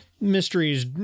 Mysteries